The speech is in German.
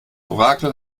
orakel